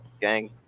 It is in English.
Gang